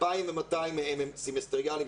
2,200 מהם הם סמסטריאליים,